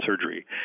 surgery